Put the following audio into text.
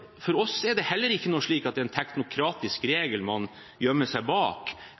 For oss er det heller ikke slik at det er en teknokratisk regel man gjemmer seg bak